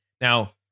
now